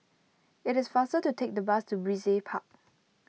it is faster to take the bus to Brizay Park